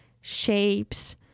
shapes